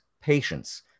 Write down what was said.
patience